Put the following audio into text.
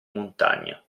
montagna